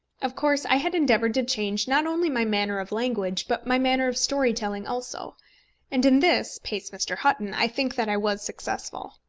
of course i had endeavoured to change not only my manner of language, but my manner of story-telling also and in this, pace mr. hutton, i think that i was successful.